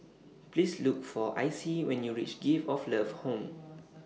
Please Look For Icey when YOU REACH Gift of Love Home